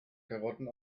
karotten